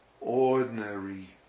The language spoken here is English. ordinary